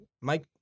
Mike